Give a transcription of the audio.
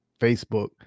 Facebook